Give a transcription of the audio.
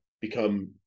become